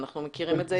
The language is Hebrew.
אנחנו מכירים את זה היטב.